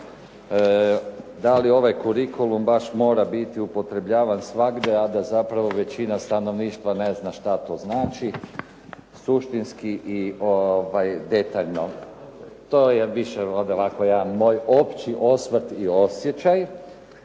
Da li ovaj kurikulum baš mora biti upotrebljavan svagdje, a da zapravo većina stanovništva ne zna šta to znači suštinski i detaljno. To je više onda ovako jedan moj opći osvrt i osjećaj